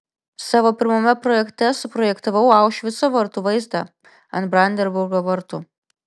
savo pirmame projekte suprojektavau aušvico vartų vaizdą ant brandenburgo vartų